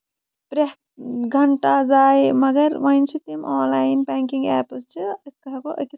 پرٮ۪تھ گنٹا زایے مَگر وَن چھِ تِم آن لاین بینکِنگ ایپٔز تہِ یِتھ کَن ہٮ۪کو أکِس